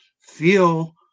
feel